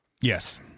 Yes